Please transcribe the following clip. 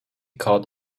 called